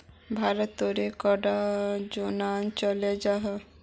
भारत तोत कैडा योजना चलो जाहा?